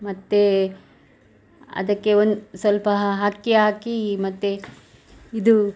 ಮತ್ತು ಅದಕ್ಕೆ ಒಂದು ಸ್ವಲ್ಪ ಹಾ ಹಕ್ಕಿ ಹಾಕಿ ಮತ್ತು ಇದು